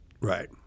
Right